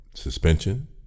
suspension